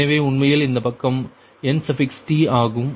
எனவே உண்மையில் இந்த பக்கம் Nt ஆகும்